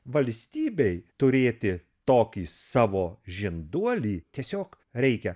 valstybei turėti tokį savo žinduolį tiesiog reikia